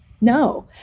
No